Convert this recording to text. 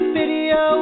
video